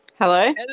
Hello